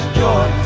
joy